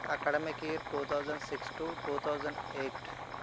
academic year two thousand six to two thousand eight